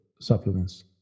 supplements